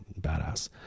badass